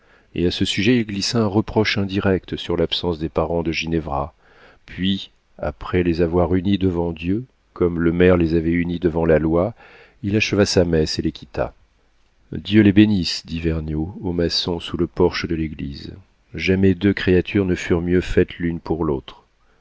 et à ce sujet il glissa un reproche indirect sur l'absence des parents de ginevra puis après les avoir unis devant dieu comme le maire les avait unis devant la loi il acheva sa messe et les quitta dieu les bénisse dit vergniaud au maçon sous le porche de l'église jamais deux créatures ne furent mieux faites l'une pour l'autre